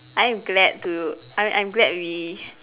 I am glad to I'm I'm glad we